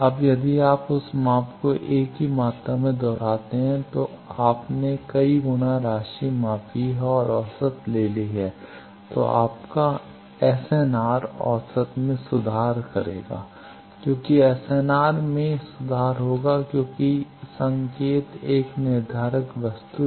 अब यदि आप उस माप को एक ही मात्रा में दोहराते हैं तो आपने कई गुणा राशि मापी है और औसत ले ली है तो आपका SNR औसत में सुधार करेगा क्योंकि SNR में सुधार होगा क्योंकि संकेत एक निर्धारक वस्तु है